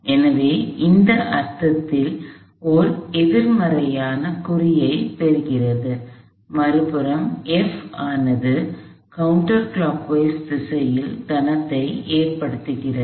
எனவே இந்த அர்த்தத்தில் அது எதிர்மறையான குறியைப் பெறுகிறது மறுபுறம் F ஆனது எதிர் கடிகாரத் திசையில் கணத்தை ஏற்படுத்துகிறது